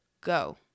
go